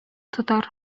тотар